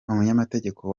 umunyamategeko